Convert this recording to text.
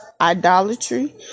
idolatry